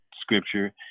scripture